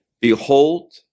behold